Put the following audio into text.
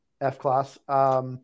F-class